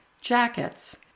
jackets